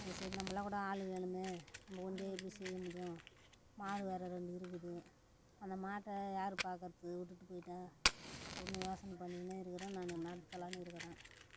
அது சரி நம்மளாக கூட ஆள் வேணுமே நம்ம ஒண்டியாக எப்படி செய்ய முடியும் மாடு வேறு ரெண்டு இருக்குது அந்த மாட்டை யார் பார்க்கறது விட்டுட்டு போய்விட்டா அப்படின்னு யோசனை பண்ணிக்கின்னே இருக்கிறேன் நான் நடத்தலாம்ன்னு இருக்கிறேன்